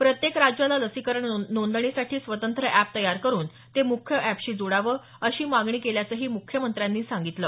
प्रत्येक राज्याला लसीकरण नोदणीसाठी स्वतंत्र अॅप तयार करून ते मुख्य अॅपशी जोडाव अशी मागणी केल्याचंही मुख्यमंत्र्यांनी सांगितलं